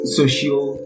social